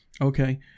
Okay